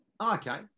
Okay